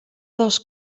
dels